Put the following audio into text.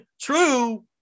true